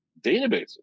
databases